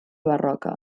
barroca